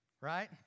right